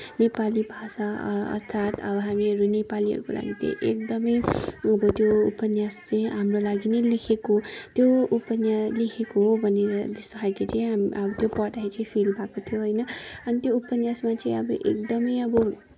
नेपाली भाषा अर्थात् हामीहरू नेपालीहरूको लागि एकदमै उनको त्यो उपन्यास चाहिँ हाम्रो लागि नै लेखेको त्यो उपन्यास लेखेको हो भनेर त्यस्तो खालको चाहिँ अब त्यो पढ्दाखेरि चाहिँ फिल भएको थियो होइन अनि त्यो उपन्यासमा चाहिँ अब एकदमै अब